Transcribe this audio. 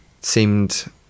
seemed